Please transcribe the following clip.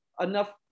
enough